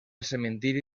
cementiri